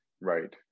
Right